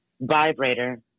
vibrator